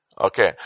Okay